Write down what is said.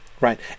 right